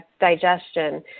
digestion